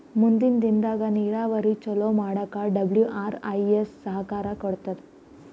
ಮುಂದಿನ್ ದಿನದಾಗ್ ನೀರಾವರಿ ಚೊಲೋ ಮಾಡಕ್ ಡಬ್ಲ್ಯೂ.ಆರ್.ಐ.ಎಸ್ ಸಹಕಾರ್ ಕೊಡ್ತದ್